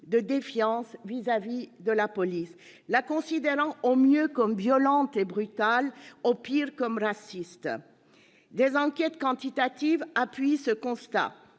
de défiance vis-à-vis de la police, la considérant au mieux comme violente et brutale, au pire comme raciste. Des enquêtes quantitatives appuient ce constat